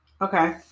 Okay